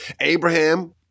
Abraham